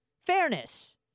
fairness